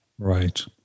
Right